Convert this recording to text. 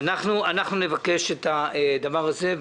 אנחנו נבקש את הדבר הזה.